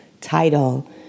title